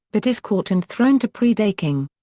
but is caught and thrown to predaking.